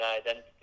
identity